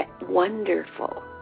wonderful